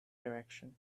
direction